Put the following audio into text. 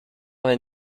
vingt